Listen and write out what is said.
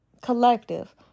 collective